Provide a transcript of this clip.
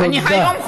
תודה.